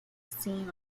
seen